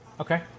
Okay